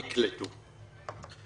נקלטו.